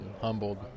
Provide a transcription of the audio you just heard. humbled